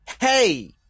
hey